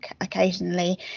occasionally